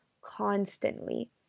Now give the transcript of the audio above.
constantly